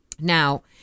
Now